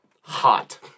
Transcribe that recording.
hot